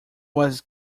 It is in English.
was